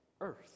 earth